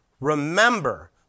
remember